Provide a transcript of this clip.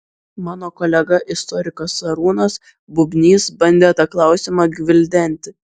mano kolega istorikas arūnas bubnys bandė tą klausimą gvildenti